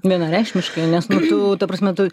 vienareikšmiškai nes nu ta prasme tu